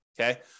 okay